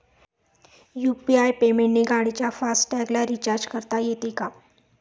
UPI पेमेंटने गाडीच्या fast टॅगला रिर्चाज करता येते का?